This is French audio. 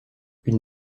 une